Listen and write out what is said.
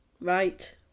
Right